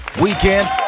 weekend